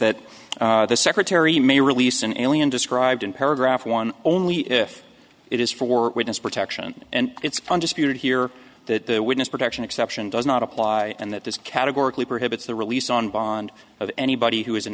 that the secretary may release an alien described in paragraph one only if it is for witness protection and it's fun just bitter here that the witness protection exception does not apply and that this categorically prohibits the released on bond of anybody who is an